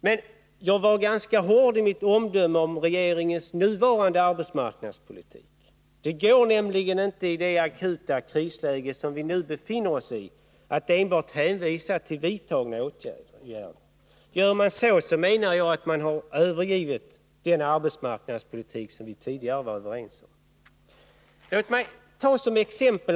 Men jag var ganska hård i mitt omdöme om regeringens nuvarande arbetsmarknadspolitik. Det går nämligen inte i det akuta krisläge som vi nu befinner oss i att enbart hänvisa till vidtagna åtgärder. Gör man det, har man övergivit den arbetsmarknadspolitik som vi tidigare var överens om. Låt mig ta Malmöhus län som exempel.